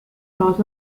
loss